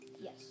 Yes